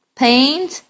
paint